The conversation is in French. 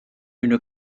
une